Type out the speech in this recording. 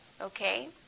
Okay